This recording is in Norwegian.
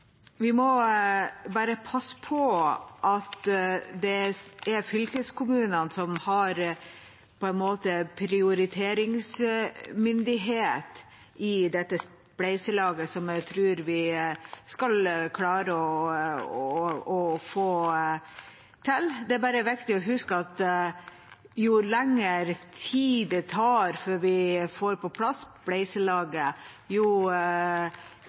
Vi må bare passe på at det er fylkeskommunene som har prioriteringsmyndighet i dette spleiselaget, som jeg tror vi skal klare å få til. Det er bare viktig å huske at jo lengre tid det tar før vi får på plass spleiselaget, jo